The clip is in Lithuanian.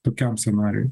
tokiam scenarijui